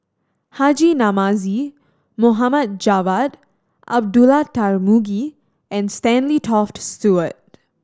Haji Namazie Mohamed Javad Abdullah Tarmugi and Stanley Toft Stewart